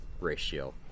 ratio